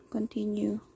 Continue